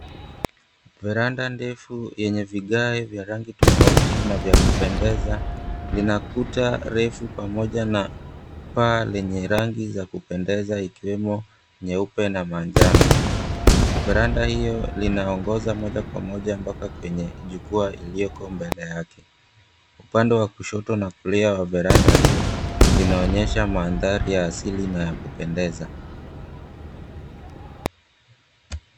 Veranda ndefu yenye vigae rangi tofauti na vya kupendeza, lina kuta refu pamoja na paa lenye rangi za kupendeza, ikiwemo nyeupe na manjano. Veranda hiyo linaongoza moja kwa moja mpaka kwenye jukwaa iliyoko mbele yake. Upande wa kushoto na kulia wa veranda hiyo, linaonyesha mandhari ya asili na kupendeza.